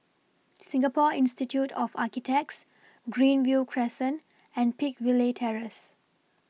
Singapore Institute of Architects Greenview Crescent and Peakville Terrace